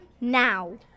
now